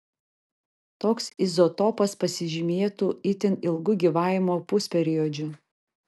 toks izotopas pasižymėtų itin ilgu gyvavimo pusperiodžiu